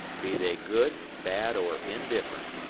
be they good, bad or indifferent.